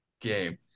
game